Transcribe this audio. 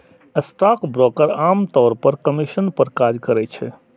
stockbroker आम तौर पर कमीशन पर काज करै छै